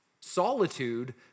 Solitude